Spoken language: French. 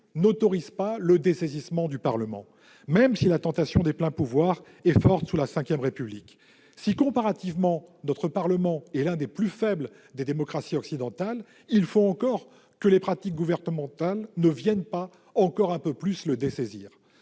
n'autorise pas le dessaisissement du Parlement, même si la tentation des pleins pouvoirs est forte sous la V République. Puisque, comparativement à d'autres, notre Parlement est l'un des plus faibles parmi les démocraties occidentales, il faut que les pratiques gouvernementales ne le dessaisissent pas encore un peu plus. Le